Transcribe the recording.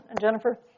Jennifer